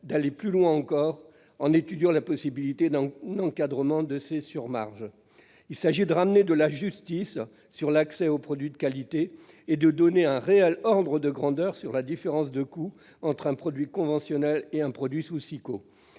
d'aller plus loin encore, en étudiant la possibilité d'un encadrement de ces « surmarges ». Il s'agit de ramener de la justice dans l'accès aux produits de qualité et de connaître le réel ordre de grandeur de la différence de coût entre produits conventionnels et produits sous Siqo,